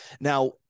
Now